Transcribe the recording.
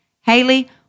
Haley